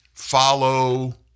follow